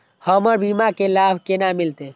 हमर बीमा के लाभ केना मिलते?